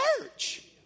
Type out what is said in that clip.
church